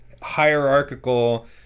hierarchical